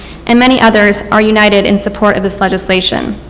and many others are united in support of the legislation.